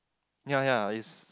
yea yea it's